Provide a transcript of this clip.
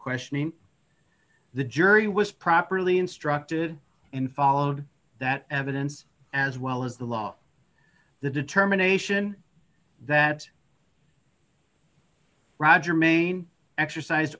questioning the jury was properly instructed and followed that evidence as well as the law the determination that roger mayne exercise